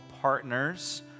partners